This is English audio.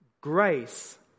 grace